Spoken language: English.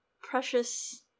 precious